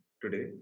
today